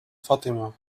fatima